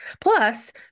Plus